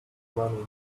money